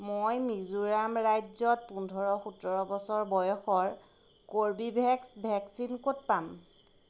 মই মিজোৰাম ৰাজ্যত পোন্ধৰ সোতৰ বছৰ বয়সৰ কৰ্বীভেক্স ভেকচিন ক'ত পাম